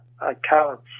accounts